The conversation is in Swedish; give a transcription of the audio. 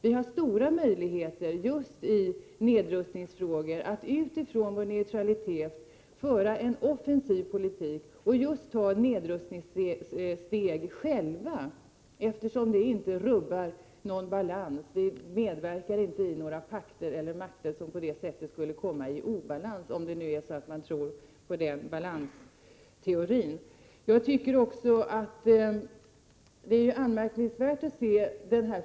Vi har stora möjligheter just i nedrustningsfrågor att utifrån vår neutralitet föra en offensiv politik och ta nedrustningssteg själva. Det rubbar ju inte någon balans — vi medverkar inte i några pakter eller makter som skulle komma i obalans genom detta, om man nu tror på den balansteori som finns.